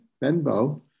Benbow